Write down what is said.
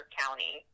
county